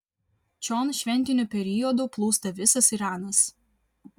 čion šventiniu periodu plūsta visas iranas